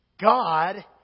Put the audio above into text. god